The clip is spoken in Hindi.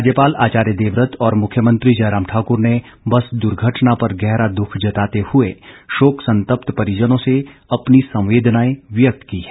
राज्यपाल आचार्य देवव्रत और मुख्यमंत्री जयराम ठाक्र ने बस द्वर्घटना पर गहरा दुख जताते हुए शोक संतप्त परिजनों से अपनी संवेदनाएं व्यक्त की हैं